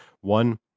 one